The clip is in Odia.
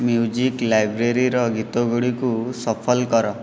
ମ୍ୟୁଜିକ୍ ଲାଇବ୍ରେରୀର ଗୀତ ଗୁଡ଼ିକୁ ଶଫଲ୍ କର